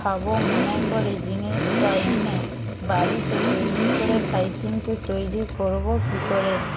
খাব মনে করে জিনিসটা এনে বাড়িতে তৈরি করে খাই কিন্তু তৈরি করবো কি করে